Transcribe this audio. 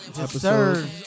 episode